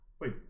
Wait